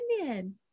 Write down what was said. opinion